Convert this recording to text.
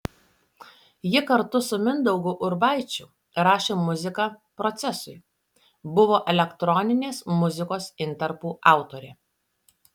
ji kartu su mindaugu urbaičiu rašė muziką procesui buvo elektroninės muzikos intarpų autorė